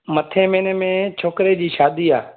मथे महीने में छोकिरे जी शादी आहे